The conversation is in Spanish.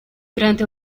durante